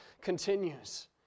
continues